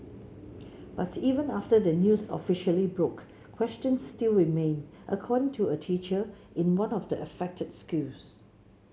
but even after the news officially broke questions still remain according to a teacher in one of the affected schools